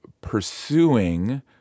pursuing